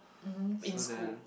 mmhmm in school